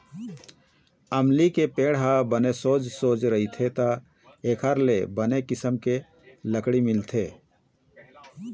अमली के पेड़ ह बने सोझ सोझ रहिथे त एखर ले बने किसम के लकड़ी मिलथे